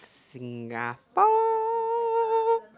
Singapore